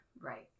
Right